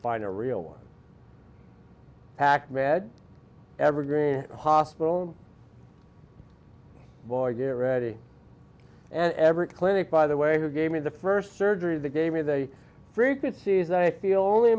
find a real one pack med evergreen hospital boy get ready and every clinic by the way who gave me the first surgery they gave me the frequencies i feel